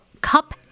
cup